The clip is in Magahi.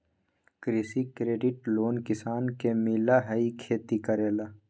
कृषि क्रेडिट लोन किसान के मिलहई खेती करेला?